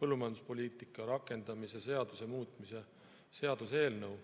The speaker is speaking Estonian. põllumajanduspoliitika rakendamise seaduse muutmise seaduse eelnõu.